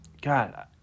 God